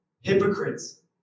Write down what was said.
hypocrites